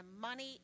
money